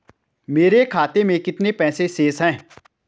मेरे खाते में कितने पैसे शेष हैं?